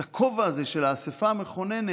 את הכובע הזה של האספה המכוננת